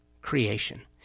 creation